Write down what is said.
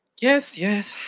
yes, yes.